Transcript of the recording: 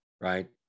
right